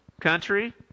Country